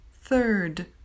third